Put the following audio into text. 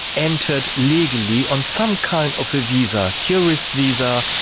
entered legally, on some kind of a visa, a tourist visa,